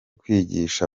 kwigisha